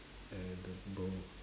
edible